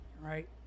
right